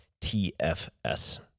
TFS